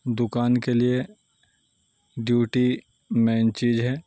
دکان کے لیے ڈیوٹی مین چیز ہے